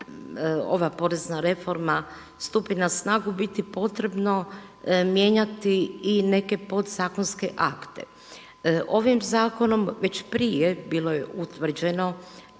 ova porezna reforma stupi na snagu, biti potrebno mijenjati i neke podzakonske akte. Ovim zakonom već prije bilo je utvrđeno